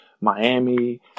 Miami